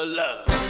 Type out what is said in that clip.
love